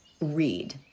read